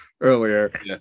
earlier